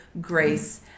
grace